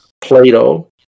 Plato